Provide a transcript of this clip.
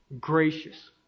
gracious